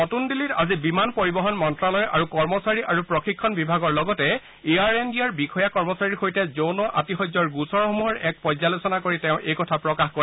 নতুন দিল্লীত আজি বিমান পৰিবহন মন্তালয় আৰু কৰ্মচাৰী আৰু প্ৰশিক্ষণ বিভাগৰ লগতে এয়াৰ ইণ্ডিয়াৰ বিষয়া কৰ্মচাৰীৰ সৈতে যৌন আতিশয্যৰ গোচৰসমূহৰ এক পৰ্যালোচনা কৰি তেওঁ এই কথা প্ৰকাশ কৰে